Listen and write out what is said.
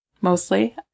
mostly